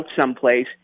someplace